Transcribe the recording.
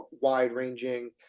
wide-ranging